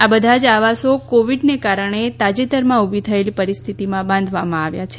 આ બધા જ આવાસો કોવીડના કારણે તાજેતરમાં ઉભી થયેલી પરિસ્થિતિમાં બાંધવામાં આવ્યા છે